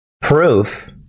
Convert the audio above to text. proof